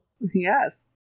Yes